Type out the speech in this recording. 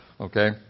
okay